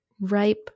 ripe